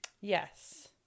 Yes